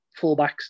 fullbacks